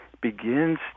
begins